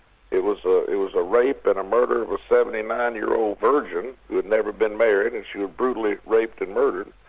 it was ah it was a rape and a murder of a seventy nine year old virgin who had never been married and she was brutally raped and murdered.